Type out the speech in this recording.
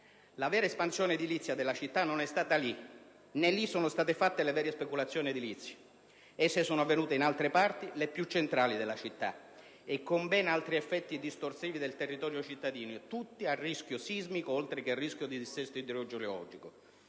La vera espansione edilizia della città non è stata lì, né lì sono state fatte le vere speculazioni edilizie. Esse sono avvenute in altre parti (le più centrali) della città e con ben altri effetti distorsivi del territorio cittadino, tutte a rischio sismico oltre che a rischio di dissesto idrogeologico.